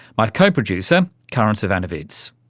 my co-producer, karin zsivanovits.